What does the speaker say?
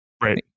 right